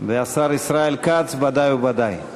והשר ישראל כץ ודאי וודאי.